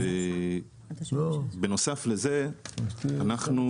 בנוסף לזה, אנחנו